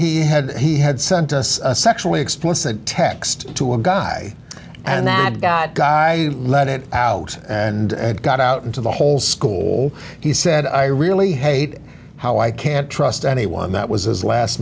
he had he had sent us a sexually explicit text to a guy and that that guy let it out and got out into the whole school he said i really hate how i can't trust anyone that was his last